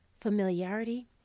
familiarity